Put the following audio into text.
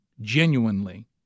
genuinely